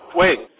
wait